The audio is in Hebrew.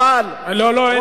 אבל, לא לא, אין אבל.